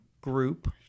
group